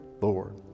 Lord